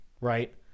Right